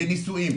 בנישואין,